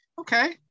Okay